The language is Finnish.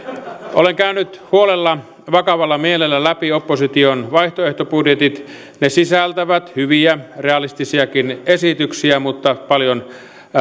olen käynyt huolella vakavalla mielellä läpi opposition vaihtoehtobudjetit ne sisältävät hyviä realistisiakin esityksiä mutta paljon